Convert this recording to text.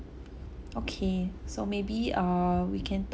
okay so maybe err we can talk